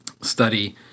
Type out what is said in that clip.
study